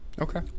Okay